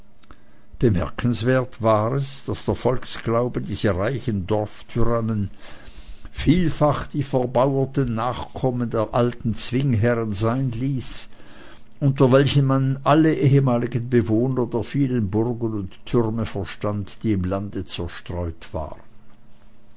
bemerkenswert war es daß der volksglaube diese reichen dorftyrannen vielfach die verbauerten nachkommen der alten zwingherren sein ließ unter welchen man alle ehemaligen bewohner der vielen burgen und türme verstand die im lande zerstreut waren